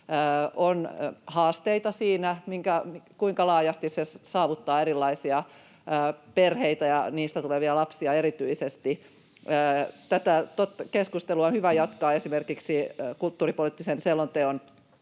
on haasteita siinä, kuinka laajasti se saavuttaa erilaisia perheitä ja niistä tulevia lapsia erityisesti. Tätä keskustelua on hyvä jatkaa esimerkiksi kulttuuripoliittisen selonteon